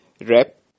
rep